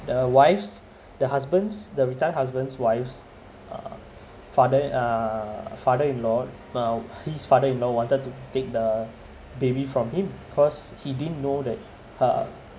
the wife's the husband's the retarded husband's wife's uh father uh father in law uh his father in law wanted to take the baby from him because he didn't know that her